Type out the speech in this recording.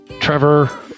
Trevor